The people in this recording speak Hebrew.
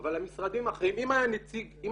אבל המשרדים האחרים אם היה דירקטור